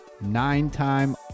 Nine-time